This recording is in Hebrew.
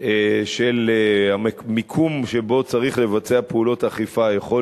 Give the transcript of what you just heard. של מקום שבו צריך לבצע פעולות אכיפה יכול